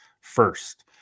first